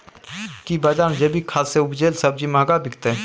की बजार मे जैविक खाद सॅ उपजेल सब्जी महंगा बिकतै?